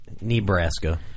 Nebraska